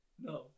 No